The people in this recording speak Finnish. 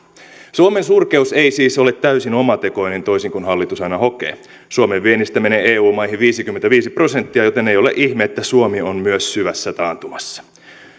suomen surkeus ei siis ole täysin omatekoinen toisin kuin hallitus aina hokee suomen viennistä menee eu maihin viisikymmentäviisi prosenttia joten ei ole ihme että suomi on myös syvässä taantumassa